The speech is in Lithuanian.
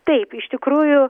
taip iš tikrųjų